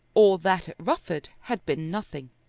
all that at rufford had been nothing.